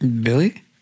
Billy